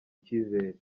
icyizere